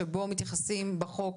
שבו מתייחסים בחוק